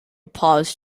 pause